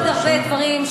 היו עוד הרבה דברים,